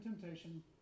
temptation